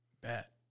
bet